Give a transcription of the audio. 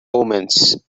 omens